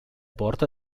porte